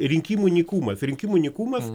rinkimų nykumas rinkimų nykumas